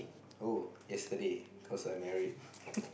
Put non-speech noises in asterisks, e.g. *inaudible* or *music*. oh yesterday cause I married *laughs*